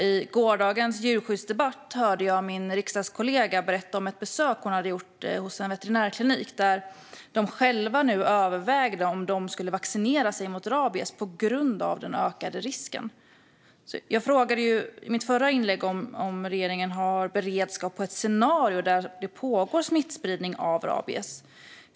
I gårdagens djurskyddsdebatt hörde jag min riksdagskollega berätta om ett besök hon hade gjort på veterinärklinik, där de nu själva överväger om de ska vaccinera sig mot rabies på grund av den ökade risken. Jag frågade i mitt förra inlägg om regeringen har beredskap för ett scenario där det pågår smittspridning av rabies.